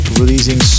releasing